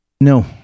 No